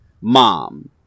Mom